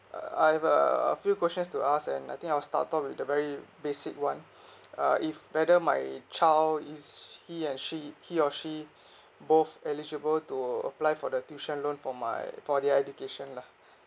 uh I have a a few questions to ask and I think I'll started with the very basic [one] uh if whether my child is he and she he or she both eligible to apply for the tuition loan for my for their education lah